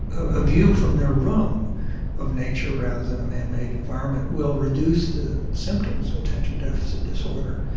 a view from their room of nature rather than a man-made environment will reduce the symptoms of attention deficit disorder.